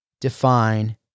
define